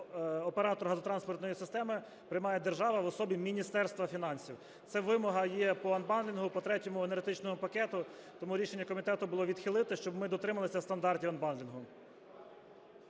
оператору газотранспортної системи приймає держава в особі Міністерства фінансів. Це вимога є по анбандлінгу, по Третьому енергетичному пакету. Тому рішення комітету було відхилити, щоб ми дотрималися стандартів анбандлінгу.